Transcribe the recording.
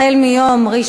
החל מיום 1